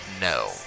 no